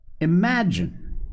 imagine